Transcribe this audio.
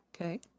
Okay